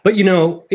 but you know,